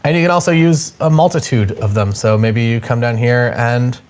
and you can also use a multitude of them. so maybe you come down here and,